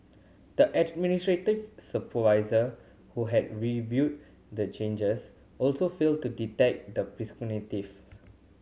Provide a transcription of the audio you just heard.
the administrator supervisor who had reviewed the changes also failed to detect the